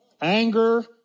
anger